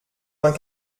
vingt